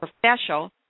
professional